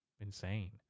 insane